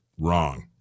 Wrong